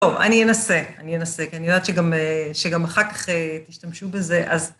טוב, אני אנסה, אני אנסה, כי אני יודעת שגם... שגם אחר כך תשתמשו בזה, אז...